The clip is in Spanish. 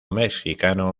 mexicano